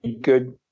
good